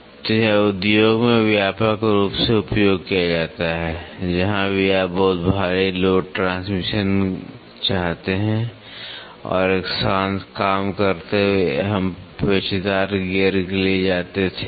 तो यह उद्योग में व्यापक रूप से उपयोग किया जाता है जहां भी आप बहुत भारी लोड ट्रांसमिशन चाहते हैं और एक शांत काम करते हुए हम पेचदार गियर के लिए जाते थे